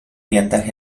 piętach